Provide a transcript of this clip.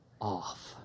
off